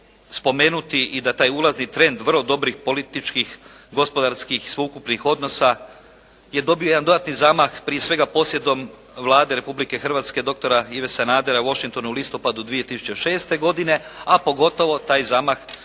i da taj ulazni trend vrlo dobrih političkih gospodarskih sveukupnih odnosa je dobio jedan dodatni zamah prije svega posjetom Vlade Republike Hrvatske doktora Ive Sanadera Washingtonu u listopadu 2006. godine, a pogotovo taj zamah